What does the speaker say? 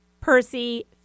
Percy